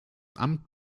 amt